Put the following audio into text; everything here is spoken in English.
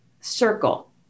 circle